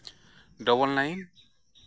double nine